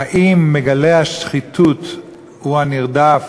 האם מגלה השחיתות הוא הנרדף,